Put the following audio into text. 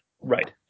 right